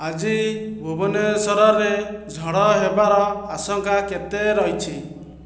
ଆଜି ଭୁବନେଶ୍ୱରରେ ଝଡ଼ ହେବାର ଆଶଙ୍କା କେତେ ରହିଛି